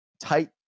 tight